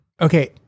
Okay